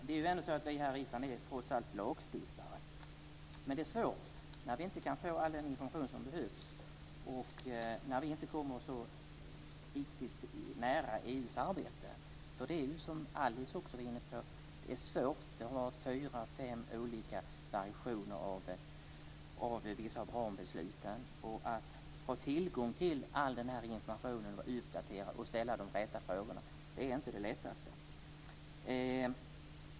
Det är trots allt så att vi här i riksdagen är lagstiftare. Men det är svårt när vi inte kan få all den information som behövs och när vi inte kommer så nära EU:s arbete. Det är, som Alice var inne på, svårt. Att ha fyra fem olika variationer av vissa rambeslut och få tillgång till all information, få den uppdaterad och ställa de rätta frågorna är inte det lättaste.